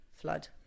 flood